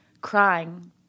crying